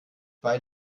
bei